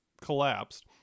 collapsed